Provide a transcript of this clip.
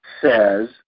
says